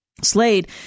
Slade